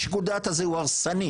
שיקול הדעת הזה הוא הרסני.